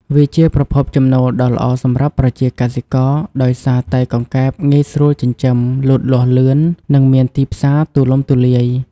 វាជាប្រភពចំណូលដ៏ល្អសម្រាប់ប្រជាកសិករ ដោយសារតែកង្កែបងាយស្រួលចិញ្ចឹម លូតលាស់លឿន និងមានទីផ្សារទូលំទូលាយ។